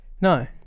No